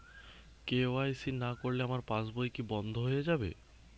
KYC না করলে আমার পাশ বই কি বন্ধ হয়ে যাবে?